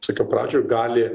sakiau pradžioj gali